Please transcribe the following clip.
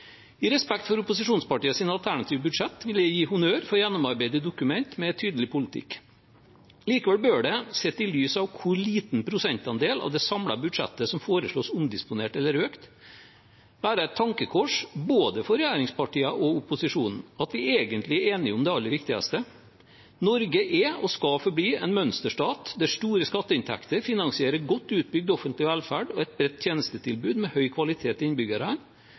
I respekt for opposisjonspartienes alternative budsjetter vil jeg gi honnør for gjennomarbeidede dokumenter med en tydelig politikk. Likevel bør det, sett i lys av hvor liten prosentandel av det samlede budsjettet som foreslås omdisponert eller økt, være et tankekors for både regjeringspartiene og opposisjonen at vi egentlig er enige om det aller viktigste: Norge er og skal forbli en mønsterstat der store skatteinntekter finansierer godt utbygd offentlig velferd og et bredt tjenestetilbud med høy kvalitet til innbyggerne,